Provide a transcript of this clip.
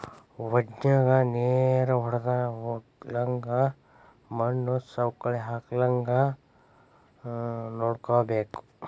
ವಡನ್ಯಾಗ ನೇರ ವಡ್ದಹೊಗ್ಲಂಗ ಮಣ್ಣು ಸವಕಳಿ ಆಗ್ಲಂಗ ನೋಡ್ಕೋಬೇಕ